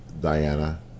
Diana